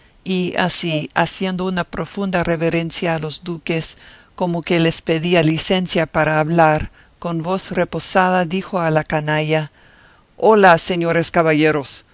y así haciendo una profunda reverencia a los duques como que les pedía licencia para hablar con voz reposada dijo a la canalla hola señores caballeros